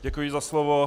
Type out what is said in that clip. Děkuji za slovo.